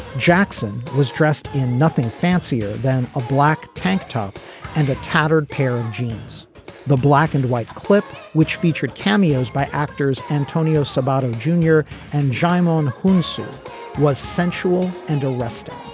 jackson was dressed in nothing fancier than a black tank top and a tattered pair of jeans the black and white clip which featured cameos by actors antonio sabato junior and djimon hounsou so was sensual and arrested.